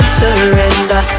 surrender